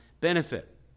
benefit